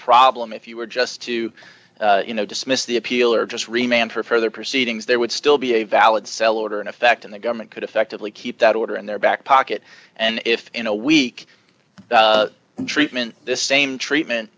problem if you were just to you know dismiss the appeal or just remain for further proceedings there would still be a valid sell order in effect and the government could effectively keep that order in their back pocket and if in a week and treatment the same treatment